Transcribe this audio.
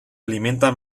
alimentan